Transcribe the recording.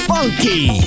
Funky